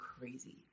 crazy